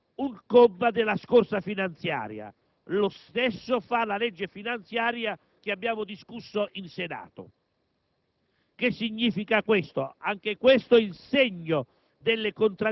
quasi ogni articolo di questo decreto modifica un comma della scorsa finanziaria, e lo stesso fa la legge finanziaria che abbiamo discusso in Senato.